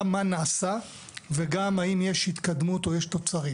גם מה נעשה וגם האם יש התקדמות או יש תוצרים